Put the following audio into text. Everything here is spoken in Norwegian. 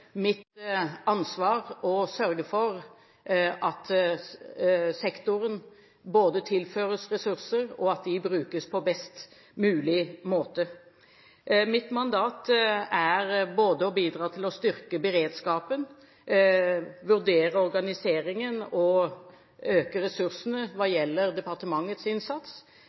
mitt ansvar å sørge for at sektoren både tilføres ressurser, og at de brukes på best mulig måte. Mitt mandat er både å bidra til å styrke beredskapen, vurdere organiseringen og øke ressursene hva gjelder departementets innsats.